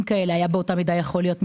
כאלה היה באותה מידה יכול להיות מתנדב.